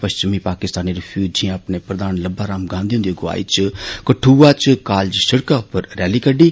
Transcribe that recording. पच्छमी पाकिस्तानी रिफ्यूजिए अपने प्रधान लक्मा राम गांधी हन्दी अगुवाई च कठुआ च कालज सिड़कें उप्पर रैली कड्डी